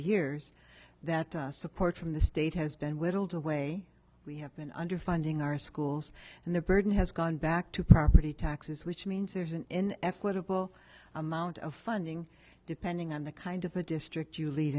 years that support from the state has been whittled away we have been underfunding our schools and the burden has gone back to property taxes which means there's an equitable amount of funding depending on the kind of a district you lead